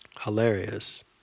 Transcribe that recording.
Hilarious